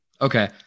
Okay